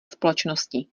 společnosti